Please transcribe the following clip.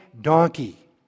donkey